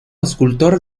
escultor